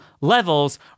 levels